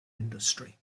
industry